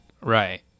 Right